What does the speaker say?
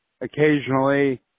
occasionally